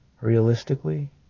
Realistically